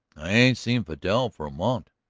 i ain't seen vidal for a mont',